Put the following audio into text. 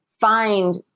find